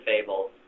Fables